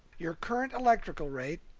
your current electrical rate,